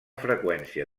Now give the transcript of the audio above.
freqüència